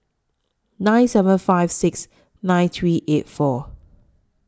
nine seven five six nine three eight four